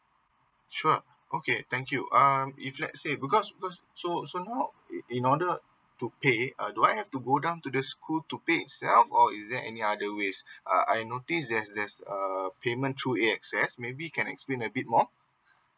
sure okay thank you um if let's say because because so so now in in order to pay uh do I have to go down to the school to pay itself or is there any other ways uh I notice there's there's uh payment through A X S maybe can explain a bit more